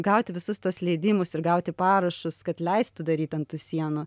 gauti visus tuos leidimus ir gauti parašus kad leistų daryt ant sienų